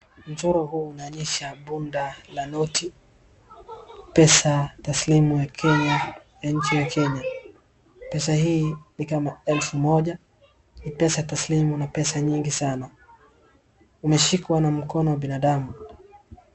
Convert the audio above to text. Mchoro huu inaonyesha bunda la noti pesa taslimu ya Kenya ya nchi ya Kenya pesa hii ni kama elfu moja ni pesa taslimu na pesa nyingi sana umeshikwa na mkono wa binadamu.